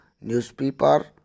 newspaper